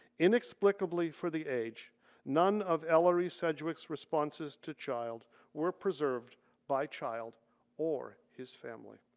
inexplicably for the age none of ellery sedgwick's responses to child were preserved by child or his family.